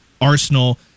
Arsenal